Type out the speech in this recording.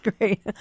great